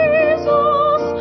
Jesus